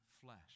flesh